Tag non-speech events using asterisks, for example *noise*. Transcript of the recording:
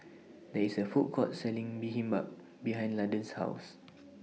There IS A Food Court Selling *unintelligible* behind Landen's House